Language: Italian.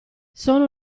sono